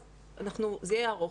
אז זה יהיה ארוך.